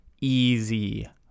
Easy